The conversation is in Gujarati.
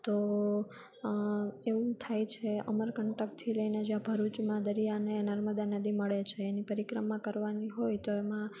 તો એવું થાય છે અમર કંટકથી લઈને જ્યાં ભરૂચમાં દરિયાને નર્મદા નદી મળે છે એની પરિક્રમા કરવાની હોય તો એમાં